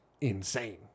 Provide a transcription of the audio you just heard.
insane